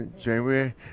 January